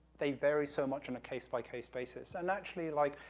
they vary so much on a case by case basis, and, actually, like,